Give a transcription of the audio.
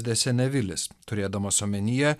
desenevilis turėdamas omenyje